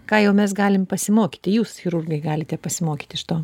ką jau mes galim pasimokyt jūs chirurgai galite pasimokyt iš to